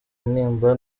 intimba